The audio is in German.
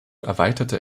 erweiterte